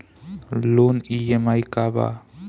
Loan EMI का बा?